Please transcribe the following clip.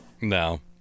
No